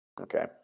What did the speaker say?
Okay